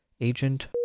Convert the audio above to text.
agent